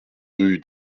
rue